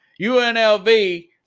UNLV